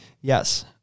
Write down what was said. Yes